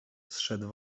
zszedł